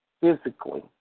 physically